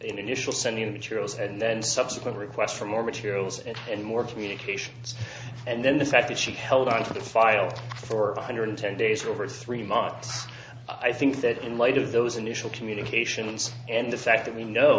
an initial sending materials and then subsequent requests for more materials and more communication and then the fact that she held on to the file for one hundred ten days over three months i think that in light of those initial communications and the fact that we know